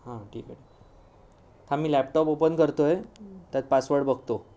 हां ठीक आहे थांब मी लॅपटॉप ओपन करतो आहे त्यात पासवड बघतो